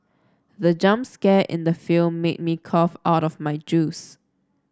the jump scare in the film made me cough out my juice